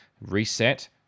reset